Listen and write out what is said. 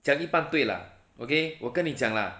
讲一半对 lah okay 我跟你讲 lah